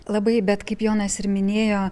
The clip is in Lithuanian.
labai bet kaip jonas ir minėjo